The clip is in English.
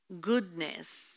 goodness